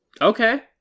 Okay